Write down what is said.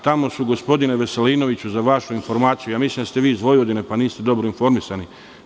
Tamo su gospodine Veselinoviću za vašu informaciju, ja mislim da ste vi iz Vojvodine pa niste dobro informisani.